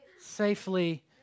safely